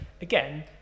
again